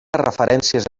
referències